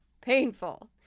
painful